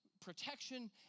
protection